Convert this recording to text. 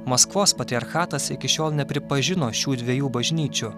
maskvos patriarchatas iki šiol nepripažino šių dviejų bažnyčių